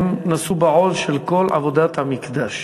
הם נשאו בעול של כל עבודת המקדש.